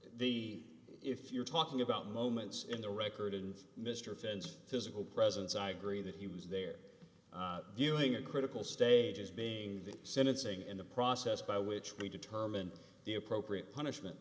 the if you're talking about moments in the record in mr fens physical presence i agree that he was there giving a critical stage as being the sentencing in the process by which we determine the appropriate punishment